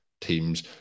teams